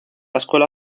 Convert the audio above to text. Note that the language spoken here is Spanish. escuela